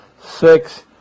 six